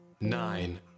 nine